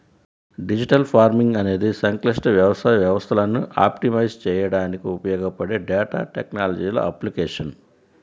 digital farming అనేది సంక్లిష్ట వ్యవసాయ వ్యవస్థలను ఆప్టిమైజ్ చేయడానికి ఉపయోగపడే డేటా టెక్నాలజీల అప్లికేషన్